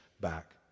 back